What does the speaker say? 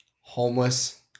homeless